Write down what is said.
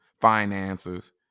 finances